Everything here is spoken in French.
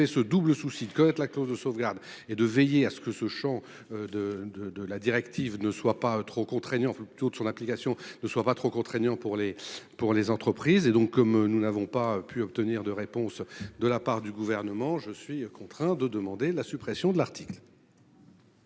ce double souci de connaître la clause de sauvegarde et de veiller à ce que ce Champ de de de la directive ne soit pas trop contraignant de son application ne soit pas trop contraignant pour les pour les entreprises et donc comme nous n'avons pas pu obtenir de réponse de la part du gouvernement, je suis contraint de demander la suppression de l'article.--